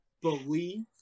believe